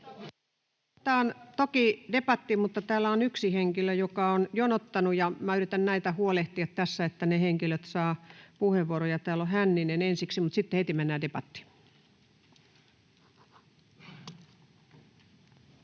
Otetaan toki debatti, mutta täällä on yksi henkilö, joka on jonottanut, ja minä yritän huolehtia tässä, että pyytäneet henkilöt saavat puheenvuoron. — Täällä on Hänninen ensiksi, mutta sitten heti mennään debattiin.